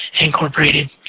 incorporated